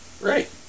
right